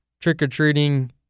trick-or-treating